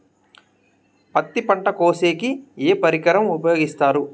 పత్తి పంట కోసేకి ఏ పరికరం ఉపయోగిస్తారు?